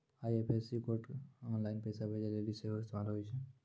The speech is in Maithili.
आई.एफ.एस.सी कोड आनलाइन पैसा भेजै लेली सेहो इस्तेमाल होय छै